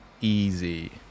easy